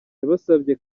yabasabye